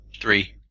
Three